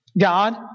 God